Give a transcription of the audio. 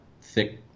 thick